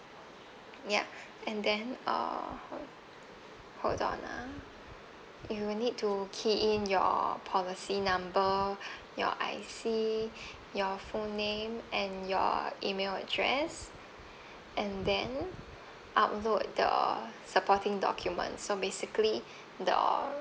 ya and then uh hold on ah you will need to key in your policy number your I_C your full name and your email address and then upload the supporting documents so basically the